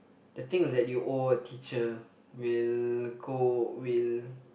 the things that you owe a teacher will go will